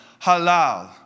halal